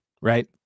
right